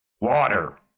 water